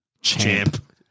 Champ